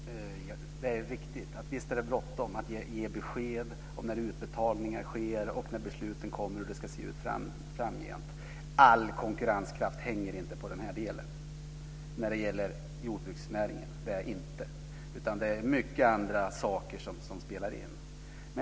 Fru talman! Det är riktigt. Visst är det bråttom att ge besked om när utbetalningar sker, om när beslut kommer och om hur det ska se ut framgent. All konkurrenskraft hänger inte på den här delen när det gäller jordbruksnäringen. Det är mycket andra saker som spelar in.